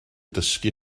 dysgu